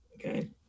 okay